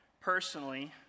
Personally